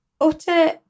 Utter